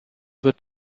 wird